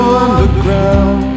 underground